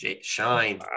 Shine